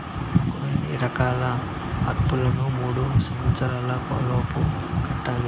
కొన్ని రకాల అప్పులను మూడు సంవచ్చరాల లోపు కట్టాలి